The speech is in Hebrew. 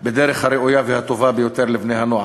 בדרך הראויה והטובה ביותר לבני-הנוער.